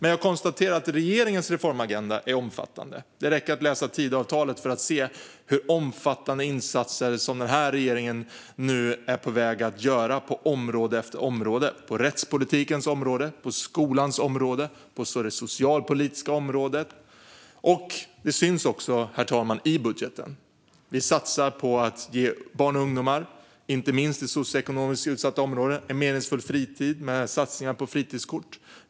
Jag konstaterar dock att regeringens reformagenda är omfattande. Det räcker med att läsa Tidöavtalet för att se hur omfattande insatser som regeringen nu är på väg att göra på område efter område. Det gäller rättspolitikens område, skolans område och det socialpolitiska området. Det syns också, herr talman, i budgeten. Vi satsar på att ge barn och ungdomar, inte minst i socioekonomiskt utsatta områden, en meningsfull fritid med satsningar på fritidskort.